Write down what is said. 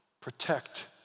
protect